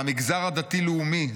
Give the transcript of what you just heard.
מהמגזר הדתי-לאומי,